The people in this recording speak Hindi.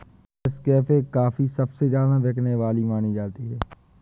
नेस्कैफ़े कॉफी सबसे ज्यादा बिकने वाली मानी जाती है